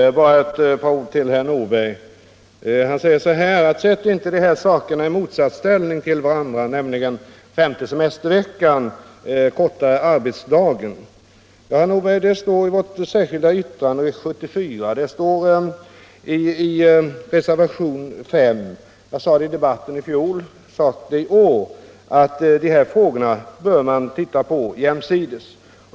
Herr talman! Bara några ord till herr Nordberg. Han säger: Sätt inte frågorna om en femte semestervecka och kortare arbetsdag i motsatsställning till varandra! Det stod i vårt särskilda yttrande 1974, det står i reservationen 5, jag sade det i debatten i fjol och jag har sagt det i år att man bör titta på dessa frågor jämsides.